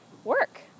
work